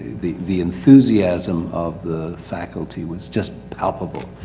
the the enthusiasm of the faculty was just palpable.